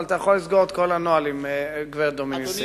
אבל אתה יכול לסגור את כל הנוהל עם גברת דומיניסיני.